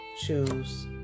choose